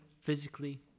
physically